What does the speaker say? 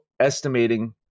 estimating